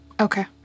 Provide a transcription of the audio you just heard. Okay